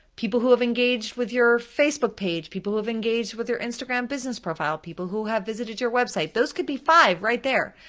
people who have engaged with your facebook page, people who have engaged with your instagram business profile, people who have visited your website. those could be five right there,